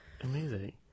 Amazing